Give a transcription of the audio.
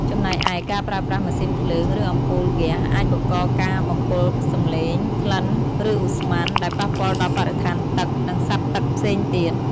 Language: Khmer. ចំណែកឯ ការប្រើប្រាស់ម៉ាស៊ីនភ្លើង ឬអំពូលហ្គាស អាចបង្កការបំពុលសំឡេង ក្លិន ឬឧស្ម័ន ដែលប៉ះពាល់ដល់បរិស្ថានទឹក និងសត្វទឹកផ្សេងទៀត។